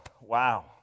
wow